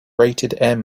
rated